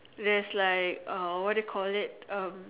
there's like uh what you call that um